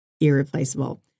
irreplaceable